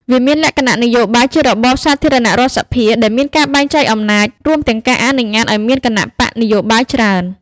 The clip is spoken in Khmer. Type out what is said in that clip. វាមានលក្ខណៈនយោបាយ ជារបបសាធារណរដ្ឋសភា ដែលមានការបែងចែកអំណាច រួមទាំងការអនុញ្ញាតឱ្យមានគណបក្សនយោបាយច្រើន។